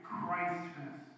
Christmas